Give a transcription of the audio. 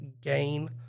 gain